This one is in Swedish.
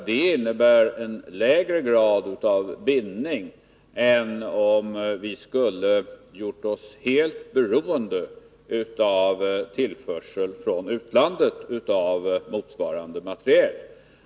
Det innebär en lägre grad av bindning än om vi skulle ha gjort oss helt beroende av tillförsel från utlandet av motsvarande materiel.